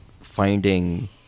finding